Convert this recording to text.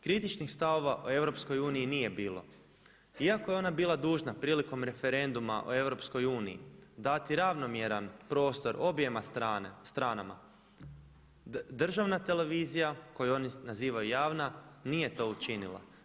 Kritičnih stavova o EU nije bilo, iako je ona bila dužna prilikom referenduma o EU dati ravnomjeran prostor objema stranama, državna televizija koju oni nazivaju javna nije to učinila.